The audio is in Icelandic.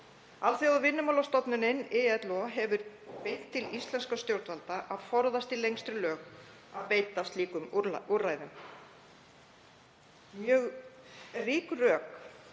Alþjóðavinnumálastofnunin, ILO, hefur beint til íslenskra stjórnvalda að forðast í lengstu lög að beita slíkum úrræðum. Mjög rík og